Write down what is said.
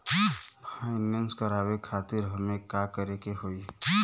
Finance करावे खातिर हमें का करे के होई?